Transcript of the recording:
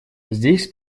здесь